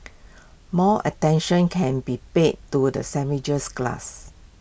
more attention can be paid to the sandwiched class